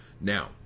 Now